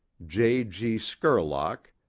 j. g. skurlock,